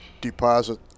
deposit